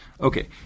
Okay